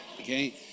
Okay